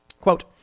Quote